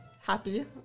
happy